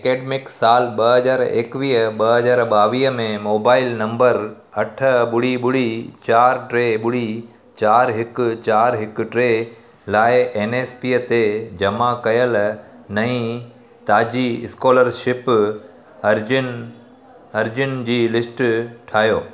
academic साल ॿ हज़ार एकवीह ॿ हज़ार ॿावीह में मोबाइल नंबर अठ ॿुड़ी ॿुड़ी चार टे ॿुड़ी चार हिकु चार हिकु टे लाइ एन एस पी ते जमा कयल नईं ताज़ी स्कोलरशिप अर्ज़ियुनि अर्ज़ियुनि जी लिस्ट ठाहियो